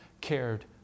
cared